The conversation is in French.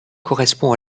correspond